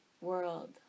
world